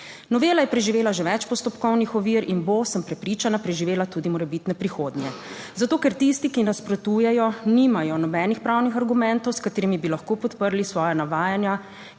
Novela je preživela že več postopkovnih ovir in bo, sem prepričana, preživela tudi morebitne prihodnje, zato ker tisti, ki nasprotujejo nimajo nobenih pravnih argumentov, s katerimi bi lahko podprli svoja navajanja,